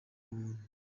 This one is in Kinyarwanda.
ubuntu